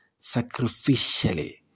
sacrificially